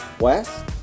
west